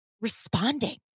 responding